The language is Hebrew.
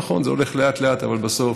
נכון, זה הולך לאט-לאט, אבל בסוף,